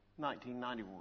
1991